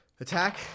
attack